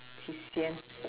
qi xian